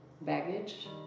baggage